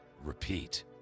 Repeat